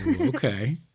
Okay